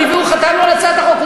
אני והוא חתמנו על הצעת החוק.